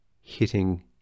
hitting